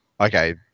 okay